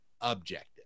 objective